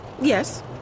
Yes